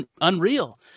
unreal